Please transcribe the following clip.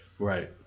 Right